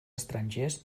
estrangers